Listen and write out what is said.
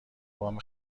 وام